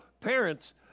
parents